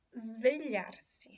svegliarsi